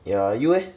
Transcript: yeah you leh